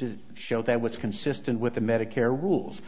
to show that was consistent with the medicare rules